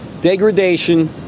degradation